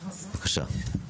בבקשה.